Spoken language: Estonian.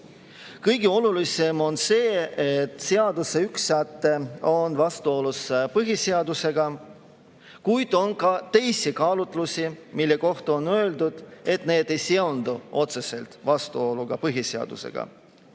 Kõige olulisem on see, et seaduse üks säte on vastuolus põhiseadusega, kuid on ka teisi kaalutlusi, mille kohta on öeldud, et need ei seondu otseselt vastuoluga põhiseadusega.